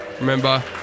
remember